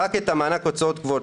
רק את המענק הוצאות קבועות,